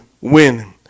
win